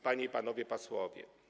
Panie i Panowie Posłowie!